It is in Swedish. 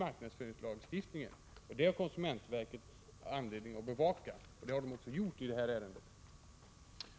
marknadsföringslagstiftningen. Detta har konsumentverket anledning att bevaka, och det har verket också gjort i 107 detta ärende.